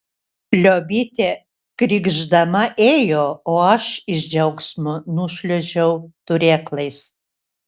liobytė krykšdama ėjo o aš iš džiaugsmo nušliuožiau turėklais